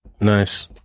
nice